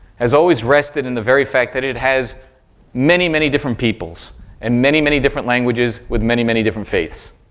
has always rested in the very fact that it has many, many different peoples and many, many different languages with many, many different faiths.